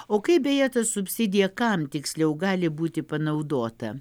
o kaip beje ta subsidija kam tiksliau gali būti panaudota